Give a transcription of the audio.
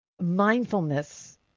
mindfulness